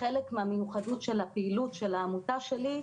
חלק מהמיוחדות של הפעילות של העמותה שלי,